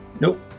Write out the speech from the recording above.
Nope